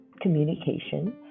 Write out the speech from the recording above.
communication